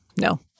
No